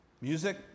music